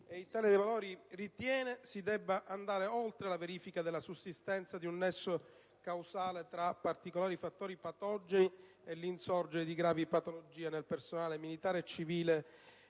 Italia dei Valori ritiene si debba andare oltre la verifica della sussistenza di un nesso causale tra particolari fattori patogeni e l'insorgere di gravi patologie nel personale militare e civile